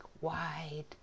wide